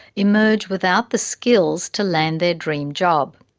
emerge without the skills to land their dream job.